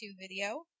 video